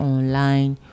Online